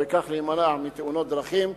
ובכך להימנע מתאונות דרכים,